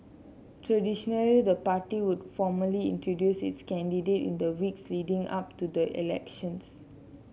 traditionally the party would formally introduce its candidate in the weeks leading up to the elections